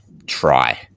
try